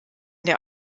der